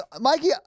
Mikey